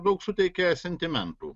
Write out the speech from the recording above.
daug suteikia sentimentų